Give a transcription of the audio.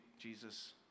Jesus